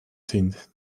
sind